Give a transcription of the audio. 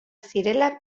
zirela